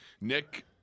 Nick